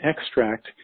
extract